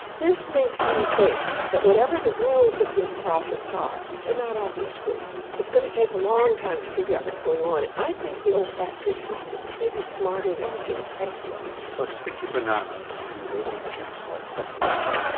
this makes me think that whatever the rules of this process are, they're not obvious rules. it's going to take a long time to figure out what's going on. i think the olfactory system may be smarter than we give it credit for. so stick your bananas in your old gym socks, that's the answer.